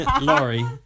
Laurie